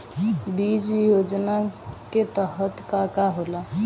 बीज योजना के तहत का का होला?